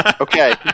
Okay